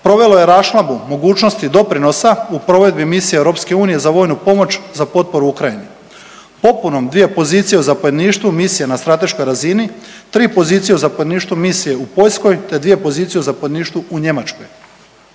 provelo je raščlambu mogućnosti doprinosa u provedbi misije EU za vojnu pomoć za potporu Ukrajini. Popunom 2 pozicije u zapovjedništvu misije na strateškoj razini, 3 pozicije u zapovjedništvu misije u Poljskoj, te 2 pozicije u zapovjedništvu u Njemačkoj.